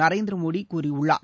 நரேந்திர மோடி கூறியுள்ளார்